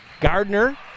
Gardner